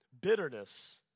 bitterness